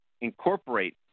incorporate